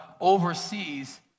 oversees